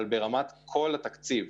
אבל ברמת כל התקציב,